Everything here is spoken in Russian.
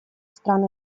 стран